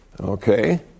Okay